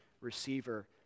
receiver